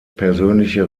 persönliche